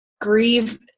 grieve